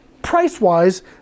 Price-wise